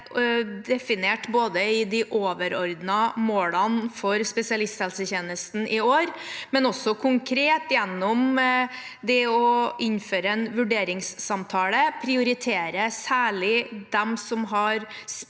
definert i de overordnede målene for spesialisthelsetjenesten i år, men også konkret gjennom å innføre en vurderingssamtale og særlig prioritere dem som har